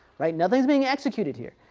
right. nothing's been executed here.